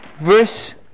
Verse